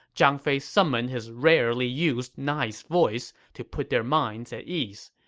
zhang fei summoned his rarely used nice voice to put their minds at ease.